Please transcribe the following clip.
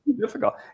difficult